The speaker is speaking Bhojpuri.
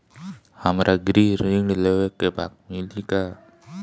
हमरा गृह ऋण लेवे के बा मिली का?